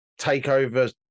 TakeOver